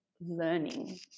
learning